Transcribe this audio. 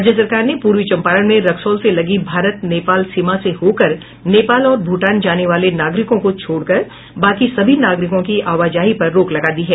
राज्य सरकार ने पूर्वी चंपारण में रक्सौल से लगी भारत नेपाल सीमा से होकर नेपाल और भूटान जाने वाले नागरिकों को छोड़कर बाकी सभी नागरिकों की आवाजाही पर रोक लगा दी है